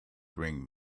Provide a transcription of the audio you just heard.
bring